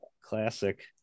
classic